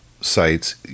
sites